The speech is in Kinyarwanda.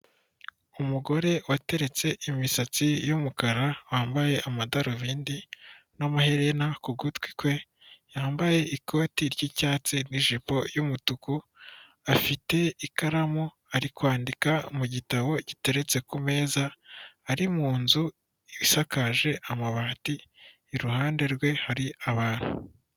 Umugore wateretse imisatsi y'umukara, wambaye amadarubindi n'amaherena ku gutwi kwe, yambaye ikoti ry'icyatsi n'ijipo y'umutuku, afite ikaramu, ari kwandika mu gitabo giteretse ku meza, ari mu nzu isakaje amabati, iruhande rwe hari abantu.